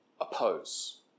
oppose